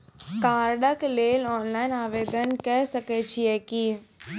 कार्डक लेल ऑनलाइन आवेदन के सकै छियै की?